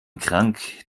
krank